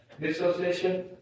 Dissociation